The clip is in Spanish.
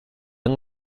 han